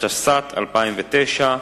התשס"ט 2009,